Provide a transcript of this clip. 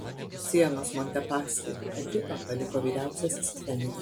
sienos montepaschi ekipą paliko vyriausiasis treneris